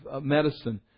medicine